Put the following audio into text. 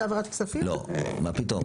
לא, מה פתאום?